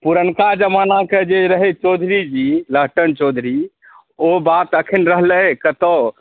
पुरनका जमानाके जे रहै चौधरीजी लाखन चौधरी ओ बात अखन रहलै कतहुँ